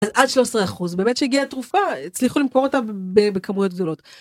עד 13% באמת שהגיעה תרופה הצליחו למכור אותה בכמויות גדולות.